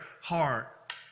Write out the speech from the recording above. heart